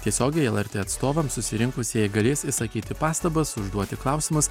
tiesiogiai lrt atstovam susirinkusieji galės išsakyti pastabas užduoti klausimus